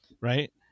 Right